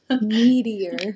Meteor